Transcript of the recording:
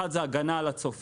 הדבר האחד הוא הגנה על הצופה,